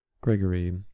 Gregory